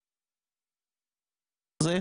הזה.